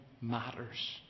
matters